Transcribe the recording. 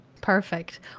Perfect